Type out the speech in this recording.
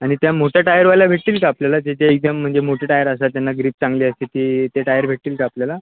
आणि त्या मोठ्या टायरवाल्या भेटतील का आपल्याला त्याच्या याच्या म्हणजे मोठे टायर असतात त्यांना ग्रीप चांगली असते ती ते टायर भेटतील का आपल्याला